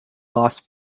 lost